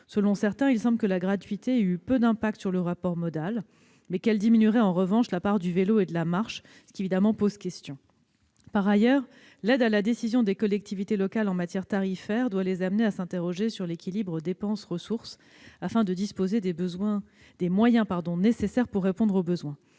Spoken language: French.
Selon certains, il semble que la gratuité ait eu peu d'effet sur ce dernier, mais qu'elle diminuerait en revanche la part du vélo et de la marche, ce qui pose évidemment question. Par ailleurs, l'aide à la décision des collectivités locales en matière tarifaire doit les amener à s'interroger sur l'équilibre entre dépenses et ressources, afin de disposer des moyens nécessaires pour répondre aux besoins.